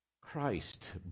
Christ